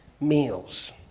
meals